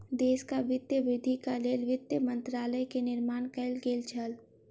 देशक वित्तीय वृद्धिक लेल वित्त मंत्रालय के निर्माण कएल गेल छल